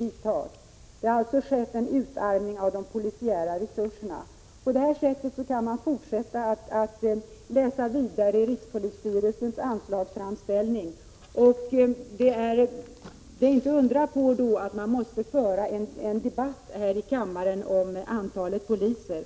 ——-—- Det har alltså skett en utarmning av de polisiära resurserna.” På detta sätt kan man fortsätta att läsa i rikspolisstyrelsens anslagsframställning. Det är inte att undra på att man måste föra en debatt här i riksdagen om antalet poliser.